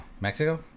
Mexico